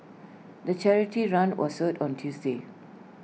the charity run was held on Tuesday